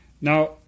Now